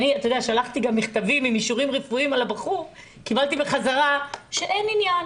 שלחתי גם מכתבים עם אישורים רפואיים על הבחור וקיבלתי בחזרה שאין עניין,